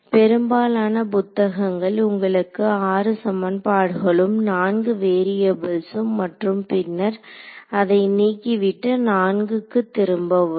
பெரும்பாலான புத்தகங்கள் உங்களுக்கு 6 சமன்பாடுகளும் 4 வேரியபுள்ஸ்ம் மற்றும் பின்னர் அதை நீக்கிவிட்டு 4 க்கு திரும்ப வரும்